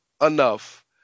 enough